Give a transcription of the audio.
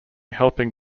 helping